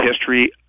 history